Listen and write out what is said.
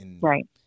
Right